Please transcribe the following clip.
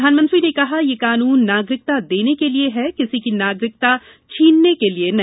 प्रधानमंत्री ने कहा यह कानून नागरिकता देने के लिये है किसी की नागरिकता छीनने के लिये नहीं